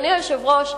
אדוני היושב-ראש,